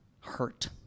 hurt